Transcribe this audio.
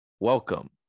Welcome